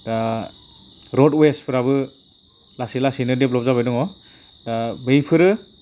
दा र'ड वेसफोराबो लासै लासैनो डेभल'प जाबाय दङ दा बैफोरो